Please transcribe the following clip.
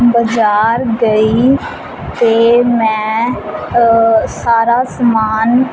ਬਾਜ਼ਾਰ ਗਈ ਅਤੇ ਮੈਂ ਸਾਰਾ ਸਮਾਨ